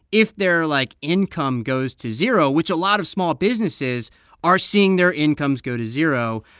if their, like, income goes to zero, which a lot of small businesses are seeing their incomes go to zero,